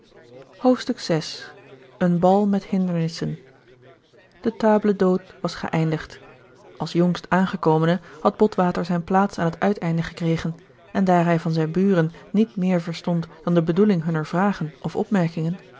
een bal met hindernissen de table d'hôte was geëindigd als jongst aangekomene had botwater zijne plaats aan het uiteinde gekregen en daar hij van zijne buren niet meer verstond dan de bedoeling hunner vragen of opmerkingen en